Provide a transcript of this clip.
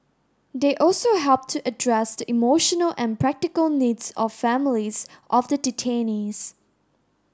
they also helped to address the emotional and practical needs of families of the detainees